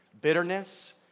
bitterness